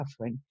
suffering